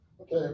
Okay